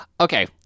Okay